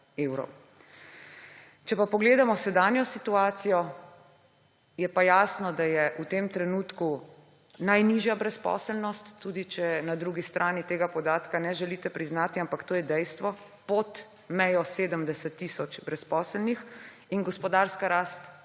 evrov. Če pogledamo sedanjo situacijo, je pa jasno, da je v tem trenutku najnižja brezposelnost, tudi če na drugi strani tega podatka ne želite priznati, ampak to je dejstvo, pod mejo 70 tisoč brezposelnih. In gospodarska rast